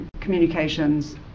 communications